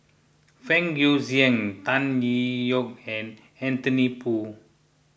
Fang Guixiang Tan Tee Yoke and Anthony Poon